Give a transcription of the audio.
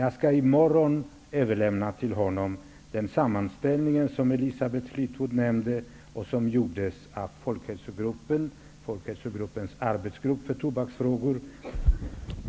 Jag skall i morgon till Mikael Odenberg överlämna den sammanställning som Elisabeth Fleetwood nämnde och som gjordes av Folkhälsogruppens arbetsgrupp för tobaksfrågor.